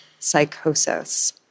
psychosis